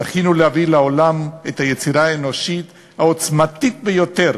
זכינו להביא לעולם את היצירה האנושית העוצמתית ביותר,